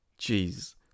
Jeez